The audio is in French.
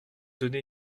donner